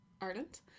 Ireland